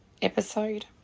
episode